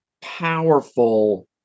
powerful